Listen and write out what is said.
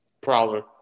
Prowler